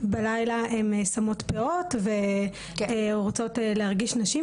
ובערב הן שמות פאות ורוצות להרגיש שהן נשים.